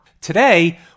Today